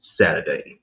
saturday